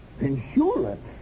Insurance